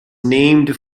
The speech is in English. named